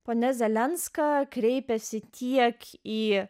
ponia zelenska kreipėsi tiek į